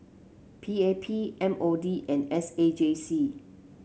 P A P M O D and S A J C